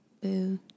Boo